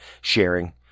sharing